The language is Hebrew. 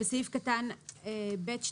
(א)בסעיף קטן (ב)(2)(א),